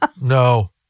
no